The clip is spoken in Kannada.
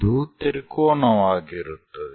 ಇದು ತ್ರಿಕೋನವಾಗಿರುತ್ತದೆ